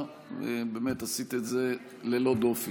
עשו את זה הרבה חברי כנסת וזה היה מוכר.